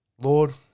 Lord